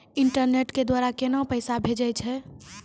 Internet के द्वारा केना पैसा भेजय छै?